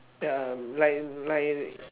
the like like